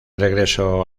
regreso